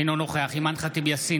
אינו נוכח אימאן ח'טיב יאסין,